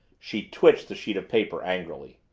she twitched the sheet of paper angrily.